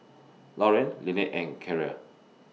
Lorraine Lynnette and Keara